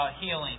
healing